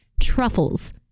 Truffles